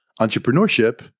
entrepreneurship